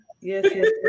Yes